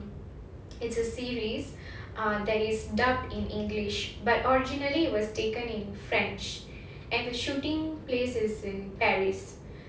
it's a series uh that is dubbed in english but originally it was taken in french and the shooting place is in paris